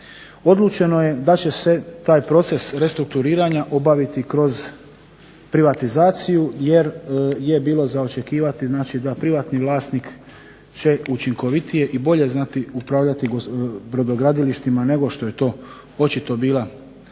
Odlučeno je da će se taj proces restrukturiranja obaviti kroz privatizaciju, jer je bilo za očekivati znači da privatni vlasnik će učinkovitije i bolje znati upravljati brodogradilištima nego što je to očito bila u stanju